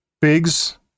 Biggs